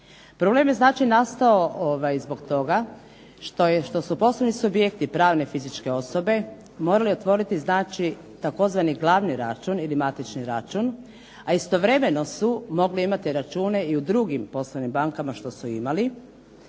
Problem je znači nastao zbog toga što su poslovni subjekti, pravne i fizičke osobe, morali otvoriti znači tzv. glavni račun ili matični račun, a istovremeno su mogli imati račune i u drugim poslovnim bankama što su imali.